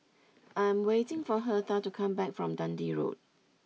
I'm waiting for Hertha to come back from Dundee Road